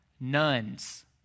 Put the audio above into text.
Nuns